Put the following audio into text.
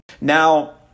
Now